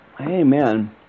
Amen